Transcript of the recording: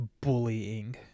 bullying